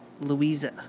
Louisa